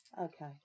okay